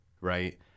right